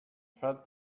felt